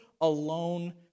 alone